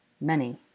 Many